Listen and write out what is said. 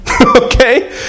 Okay